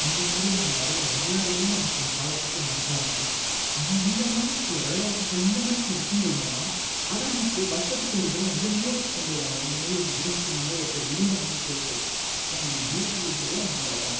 இந்த மாதிரியான நிறையா வரலாறுகளும் நமக்குக் காலப்போக்கில் மறக்க ஆரம்பிக்கும் ஆனால் இந்த மாதிரி சில விளையாட்டுக்கள் இந்த மாதிரி சில விஷயங்கள் மூலமாக அத நமக்கு வருஷத்துக்கு ஒரு தடவ வந்து நினைவுக்குக் கொண்டு வர்றாங்க இந்த மாதிரி ஒன்று இருந்துச்சி இந்த மாதிரி ஒருத்தர் இருந்தாங்கன்னு சொல்லிட்டு ஏன் நம்ம தீவாளின்னு கூட தான் கொண்டாடுறோம்